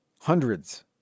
Hundreds